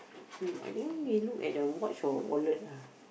look I think he look at the watch or wallet ah